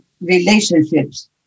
relationships